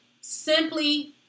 Simply